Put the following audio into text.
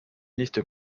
liste